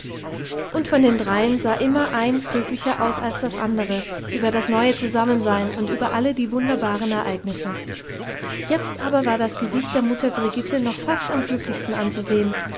und von den dreien sah immer eins glücklicher aus als das andere über das neue zusammensein und über alle die wunderbaren ereignisse jetzt aber war das gesicht der mutter brigitte noch fast am glücklichsten anzusehen